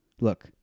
Look